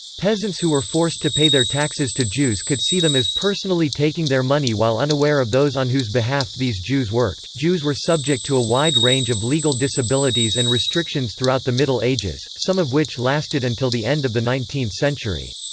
peasants who were forced to pay their taxes to jews could see them as personally taking their money while unaware of those on whose behalf these jews worked jews were subject to a wide range of legal disabilities and restrictions throughout the middle ages, some of which lasted until the end of the nineteenth century.